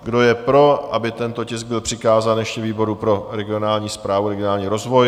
Kdo je pro, aby tento tisk byl přikázán ještě výboru pro regionální správu a veřejný rozvoj?